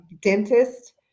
dentist